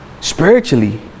Spiritually